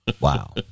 Wow